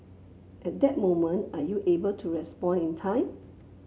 at that moment are you able to respond in time